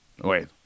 wait